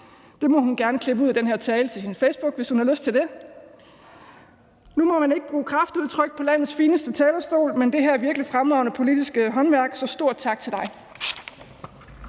Det må hun gerne klippe ud af den her tale til sin Facebook, hvis hun har lyst til det. Nu må man ikke bruge kraftudtryk på landets fineste talerstol, men det her er virkelig fremragende politisk håndværk, så stor tak til dig.